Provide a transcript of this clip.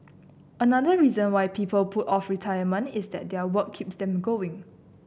another reason why people put off retirement is that their work keeps them going